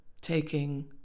taking